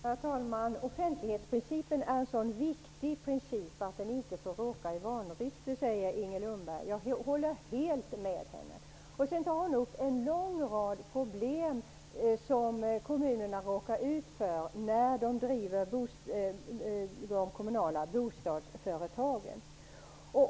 Herr talman! Offentlighetsprincipen är så viktig att den inte får råka i vanrykte, säger Inger Lundberg. Jag håller helt med henne. Sedan tar hon upp en lång rad problem som kommunerna råkar ut för när de driver kommunala bostadsföretag.